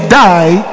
die